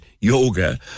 yoga